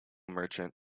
merchant